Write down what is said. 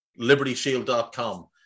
LibertyShield.com